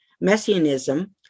messianism